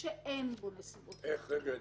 במצב שבן אדם בכוונה,